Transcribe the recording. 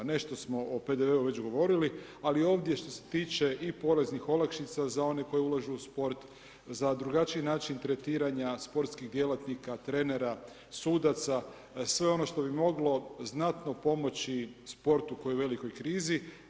Nešto smo o PDV-u već govorili ali ovdje i što se tiče i poreznih olakšica za one koji ulažu u sport, za drugačiji način tretiranja sportskih djelatnika, trenera, sudaca, sve ono što bi moglo znatno pomoći sportu koji je u velikoj krizi.